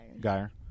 Geyer